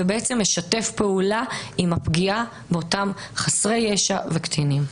ובעצם משתף פעולה עם הפגיעה באותם חסרי ישע וקטינים.